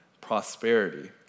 prosperity